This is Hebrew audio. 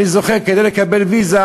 אני זוכר שכדי לקבל ויזה,